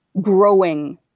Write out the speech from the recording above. growing